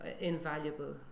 invaluable